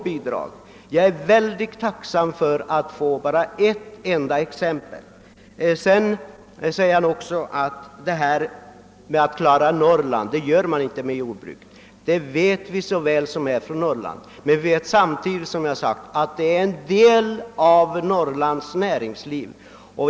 Jag skulle vara mycket tacksam för ett enda exempel. Herr Persson i Skänninge säger vidare att man inte kan klara Norrland genom jordbruket. Det vet vi norrlänningar så väl! Men vi vet också att jordbruket, som jag tidigare sagt, är en del av Norrlands näringsliv.